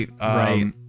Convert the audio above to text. right